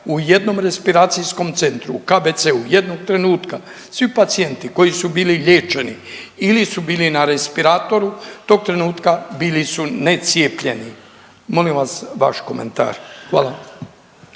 U jednom respiracijskom centru KB-a jednog trenutka svi pacijenti koji su bili liječeni ili su bili na respiratoru tog trenutku bili su necijepljeni. Molim vas vaš komentar. Hvala.